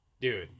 Dude